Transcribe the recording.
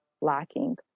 lacking